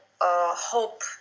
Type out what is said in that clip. hope